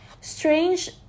Strange